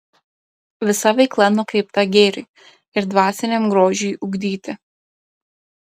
visa veikla nukreipta gėriui ir dvasiniam grožiui ugdyti